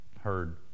heard